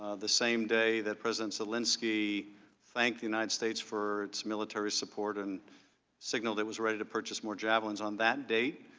ah the same day that president zelensky thanked the united states for its military support and single day was ready to purchase more javelins. on that date,